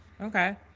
okay